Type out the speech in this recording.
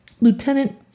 Lieutenant